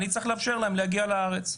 אצטרך לאפשר להם להגיע לארץ.